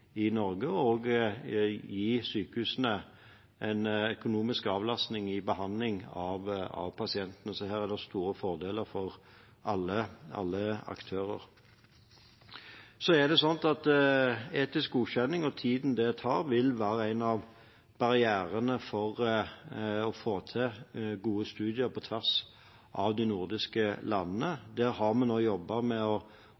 i Norge og gi sykehusene en økonomisk avlastning i behandlingen av pasientene. Så her er det store fordeler for alle aktører. Etisk godkjenning og tiden det tar, vil være en av barrierene for å få til gode studier på tvers av de nordiske landene.